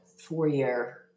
four-year